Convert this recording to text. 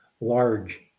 large